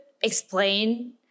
explain